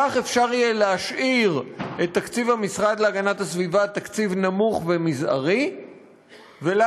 כך אפשר יהיה להשאיר את תקציב המשרד להגנת הסביבה נמוך ומזערי ולהגיד: